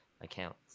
accounts